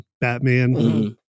Batman